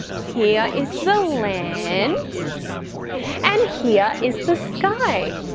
here is the land and here is the sky.